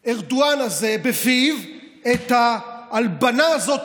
בפיו לארדואן הזה את ההלבנה הזאת,